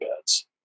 beds